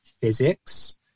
physics